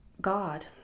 God